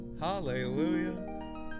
Hallelujah